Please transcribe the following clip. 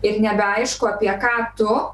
ir nebeaišku apie ką tu